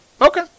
Okay